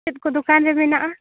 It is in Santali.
ᱪᱮᱫ ᱠᱚ ᱫᱚᱠᱟᱱ ᱨᱮ ᱢᱮᱱᱟᱜᱼᱟ